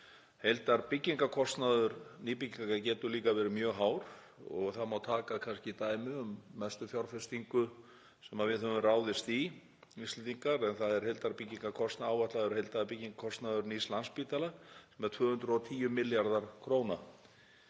Heildarbyggingarkostnaður nýbygginga getur líka verið mjög hár og það má taka kannski dæmi um mestu fjárfestingu sem við höfum ráðist í, Íslendingar, en áætlaður heildarbyggingarkostnaður nýs Landspítala er 210 milljarðar kr.